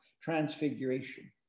transfiguration